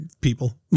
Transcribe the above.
people